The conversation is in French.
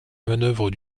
manœuvre